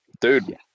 Dude